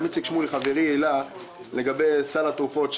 איציק שמולי חברי העלה את סוגיית סל התרופות,